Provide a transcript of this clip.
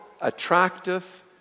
attractive